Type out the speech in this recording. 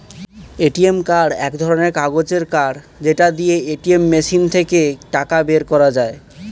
ATM card এক ধরণের কাগজের কার্ড যেটা দিয়ে এটিএম মেশিন থেকে টাকা বের করা যায়